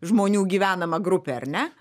žmonių gyvenama grupė ar ne